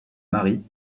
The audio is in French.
marie